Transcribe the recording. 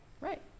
Right